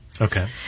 Okay